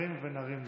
ונרים ונרים לך,